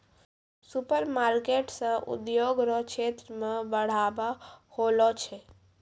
supermarket से उद्योग रो क्षेत्र मे बढ़ाबा होलो छै